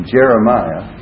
Jeremiah